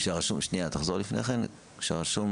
כשרשום